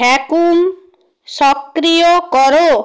vacuum সক্রিয় করো